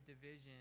division